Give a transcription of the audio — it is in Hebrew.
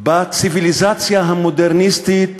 בציוויליזציה המודרניסטית